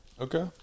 Okay